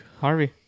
Harvey